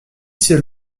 c’est